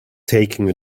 taking